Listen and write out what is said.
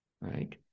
right